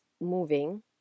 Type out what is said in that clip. moving